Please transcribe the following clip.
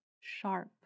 sharp